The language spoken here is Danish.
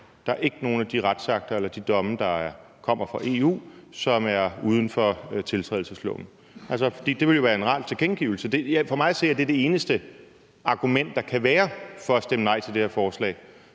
at der ikke er nogen af de retsakter eller de domme, der kommer fra EU, som er uden for tiltrædelsesloven, for det ville jo være en oral tilkendegivelse. For mig at se er det det eneste argument, der kan være, for at stemme nej til det her forslag,